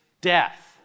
death